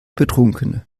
betrunkene